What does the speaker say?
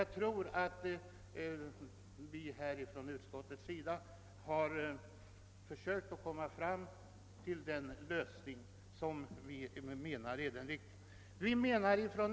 Jag tror ändå att det förslag som utskottet har kommit fram till är det riktiga.